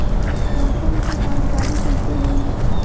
मौसम के जानकारी कइसे होही?